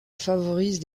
favorise